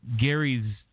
Gary's